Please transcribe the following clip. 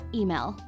email